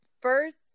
first